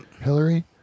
Hillary